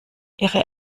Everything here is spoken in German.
ihre